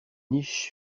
niche